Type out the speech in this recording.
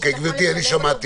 שמעתי.